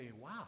wow